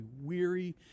weary